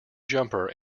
jumper